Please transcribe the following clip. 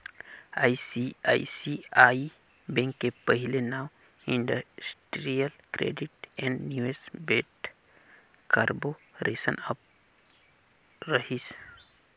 ICICI bank के पहिले नांव industrial credit and investment corporation of India रहिस